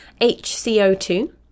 HCO2